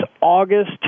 August